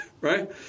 right